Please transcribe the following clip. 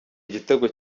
igitego